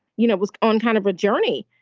you know, was on kind of a journey.